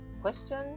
question